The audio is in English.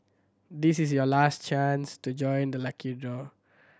this is your last chance to join the lucky draw